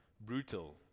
brutal